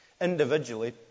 individually